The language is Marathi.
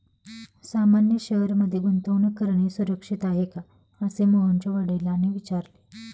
सामान्य शेअर मध्ये गुंतवणूक करणे सुरक्षित आहे का, असे मोहनच्या वडिलांनी विचारले